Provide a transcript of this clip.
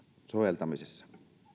soveltamisessa